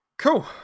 Cool